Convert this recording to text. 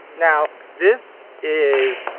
now this is.